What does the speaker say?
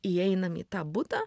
įeinam į tą butą